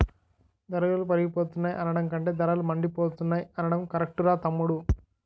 ధరలు పెరిగిపోతున్నాయి అనడం కంటే ధరలు మండిపోతున్నాయ్ అనడం కరెక్టురా తమ్ముడూ